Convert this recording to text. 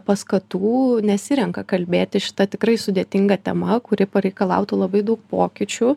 paskatų nesirenka kalbėti šita tikrai sudėtinga tema kuri pareikalautų labai daug pokyčių